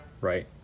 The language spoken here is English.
Right